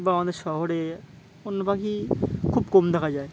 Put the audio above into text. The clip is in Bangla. বা আমাদের শহরে অন্য পাখি খুব কম দেখা যায়